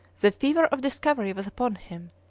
the fever of discovery was upon him,